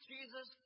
Jesus